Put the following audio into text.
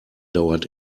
dauert